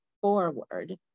forward